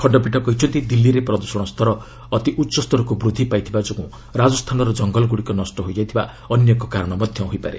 ଖଣ୍ଡପୀଠ କହିଛନ୍ତି ଦିଲ୍ଲୀରେ ପ୍ରଦୃଷଣ ସ୍ତର ଅତି ଉଚ୍ଚସ୍ତରକୁ ବୃଦ୍ଧି ପାଇଥିବା ଯୋଗୁଁ ରାଜସ୍ଥାନର ଜଙ୍ଗଲଗୁଡ଼ିକ ନଷ୍ଟ ହୋଇଯାଇଥିବା ଅନ୍ୟ ଏକ କାରଣ ହୋଇପାରେ